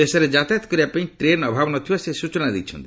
ଦେଶରେ ଯାତାୟତ କରିବାପାଇଁ ଟ୍ରେନ୍ ଅଭାବ ନ ଥିବା ସେ ସୂଚନା ଦେଇଛନ୍ତି